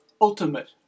ultimate